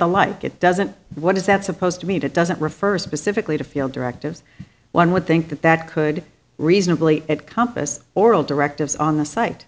the like it doesn't what is that supposed to mean it doesn't refer specifically to feel directives one would think that that could reasonably compas oral directives on the site